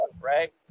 right